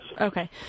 Okay